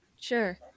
Sure